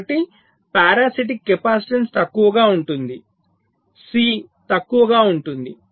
కాబట్టి parasitic capacitance తక్కువగా ఉంటుంది సి తక్కువగా ఉంటుంది